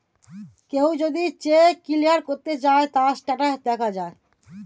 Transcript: কেউ যদি cheque clear করতে চায়, তার স্টেটাস দেখা যায়